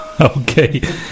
okay